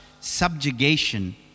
subjugation